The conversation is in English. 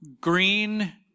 Green